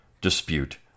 dispute